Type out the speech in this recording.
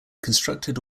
constructed